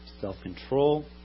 self-control